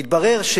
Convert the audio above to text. התברר,